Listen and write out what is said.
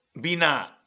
bina